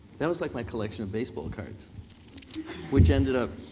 that was like my collection of baseball cards which ended up